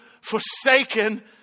forsaken